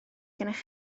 gennych